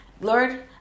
Lord